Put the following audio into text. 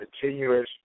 continuous